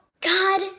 God